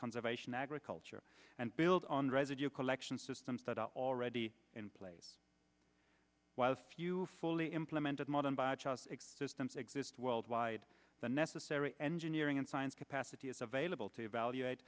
conservation agriculture and build on residue collection systems that are already in place while a few fully implemented modern systems exist worldwide the necessary engineering and science capacity is available to evaluate